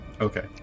okay